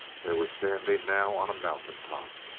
they were standing now on a mountain-top.